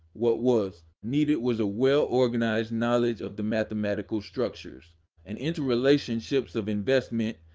what was needed was a well-organized knowledge of the mathematical structures and interrelationships of investment,